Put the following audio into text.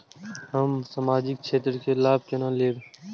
हम सामाजिक क्षेत्र के लाभ केना लैब?